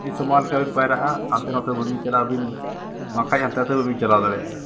ᱢᱤᱫ ᱥᱚᱢᱟᱱᱮᱢ ᱯᱟᱭᱨᱟᱜᱼᱟ ᱦᱟᱱᱛᱮ ᱱᱟᱛᱮ ᱵᱟᱹᱵᱤᱱ ᱪᱟᱞᱟᱜᱼᱟ ᱟᱹᱵᱤᱱ ᱵᱟᱠᱷᱟᱡ ᱦᱟᱱᱛᱮ ᱱᱟᱛᱮ ᱵᱟᱹᱵᱤᱱ ᱪᱟᱞᱟᱣ ᱫᱟᱲᱮᱭᱟᱜᱼᱟ